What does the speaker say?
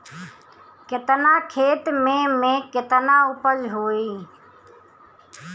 केतना खेत में में केतना उपज होई?